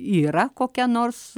yra kokia nors